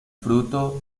fruto